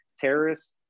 terrorists